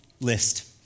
list